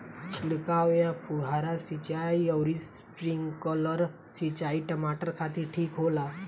छिड़काव या फुहारा सिंचाई आउर स्प्रिंकलर सिंचाई टमाटर खातिर ठीक होला?